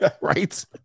right